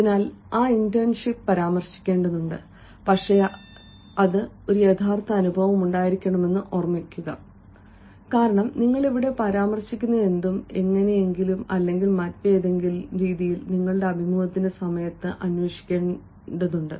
അതിനാൽ ആ ഇന്റേൺഷിപ്പ് പരാമർശിക്കേണ്ടതുണ്ട് പക്ഷേ അത് ഒരു യഥാർത്ഥ അനുഭവം ഉണ്ടായിരിക്കണമെന്ന് ഓർമ്മിക്കുക കാരണം നിങ്ങൾ ഇവിടെ പരാമർശിക്കുന്നതെന്തും എങ്ങനെയെങ്കിലും അല്ലെങ്കിൽ മറ്റെന്തെങ്കിലും നിങ്ങളുടെ അഭിമുഖത്തിന്റെ സമയത്ത് അന്വേഷിക്കേണ്ടതുണ്ട്